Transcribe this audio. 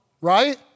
Right